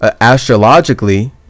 astrologically